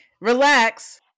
relax